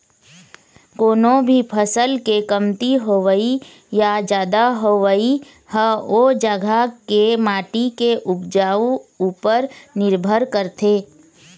कोनो भी फसल के कमती होवई या जादा होवई ह ओ जघा के माटी के उपजउपन उपर निरभर करथे